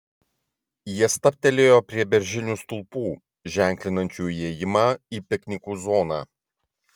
jie stabtelėjo prie beržinių stulpų ženklinančių įėjimą į piknikų zoną